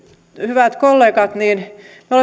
hyvät kollegat me olemme